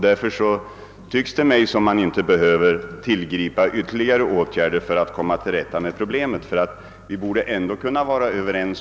Därför tycks det mig som om man inte behöver tillgripa ytterligare åtgärder för att komma till rätta med problemet.